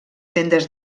tendes